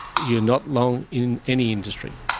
you're not long in any industry.